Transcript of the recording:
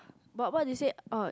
but what did you say uh